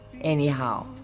Anyhow